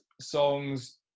songs